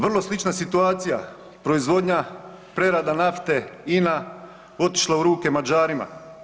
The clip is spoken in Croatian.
Vrlo slična situacija proizvodnja, prerada nafte INA otišla u ruke Mađarima.